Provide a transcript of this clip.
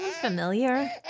familiar